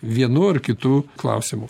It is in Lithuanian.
vienu ar kitu klausimu